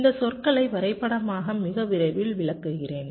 இந்த சொற்களை வரைபடமாக மிக விரைவில் விளக்குகிறேன்